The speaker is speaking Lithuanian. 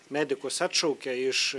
medikus atšaukia iš